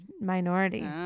minority